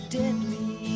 deadly